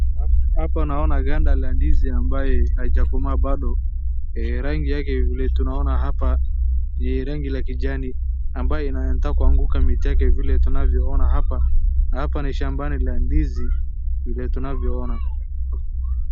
Hapa naona ganda la ndizi ambaye haijakomaa bado. Rahgi yake vile tunaona hapa ni rangi la kijani amabaye inataka kuwanguka miti yake vile tunavyo ona hapa. Na hapa ni shambani la ndizi vile tunavyo ona.